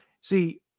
see